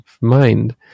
mind